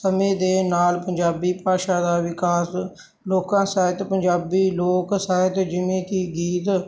ਸਮੇਂ ਦੇ ਨਾਲ ਪੰਜਾਬੀ ਭਾਸ਼ਾ ਦਾ ਵਿਕਾਸ ਲੋਕ ਸਾਹਿਤ ਪੰਜਾਬੀ ਲੋਕ ਸਾਹਿਤ ਜਿਵੇਂ ਕਿ ਗੀਤ